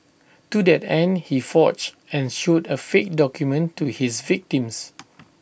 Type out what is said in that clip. to that end he forged and showed A fake document to his victims